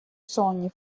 sogni